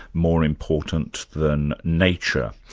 more important than nature.